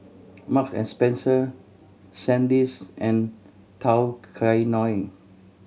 Marks and Spencer Sandisk and Tao Kae Noi